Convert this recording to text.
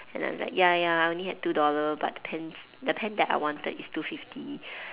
and I was like ya ya I only had two dollar but the pens the pen that I wanted is two fifty